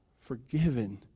forgiven